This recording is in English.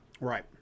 right